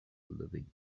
living